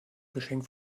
geschenk